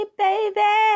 baby